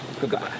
goodbye